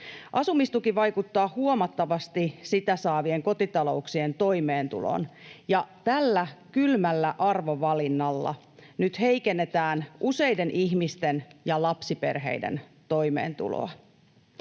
Asumistuki vaikuttaa huomattavasti sitä saavien kotitalouksien toimeentuloon, ja tällä kylmällä arvovalinnalla nyt heikennetään useiden ihmisten ja lapsiperheiden toimeentuloa.